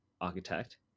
architect